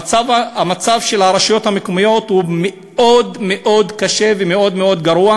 המצב של הרשויות המקומיות הוא מאוד מאוד קשה ומאוד מאוד גרוע,